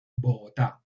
bogotá